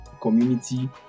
community